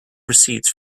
receipts